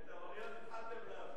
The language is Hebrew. את האויב התחלתם להבין.